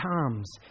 times